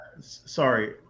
Sorry